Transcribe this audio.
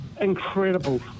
incredible